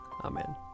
Amen